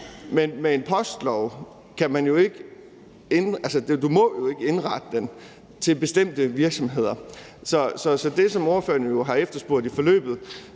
men en postlov må jo ikke indrettes til bestemte virksomheder. Så det, som ordføreren har efterspurgt i forløbet,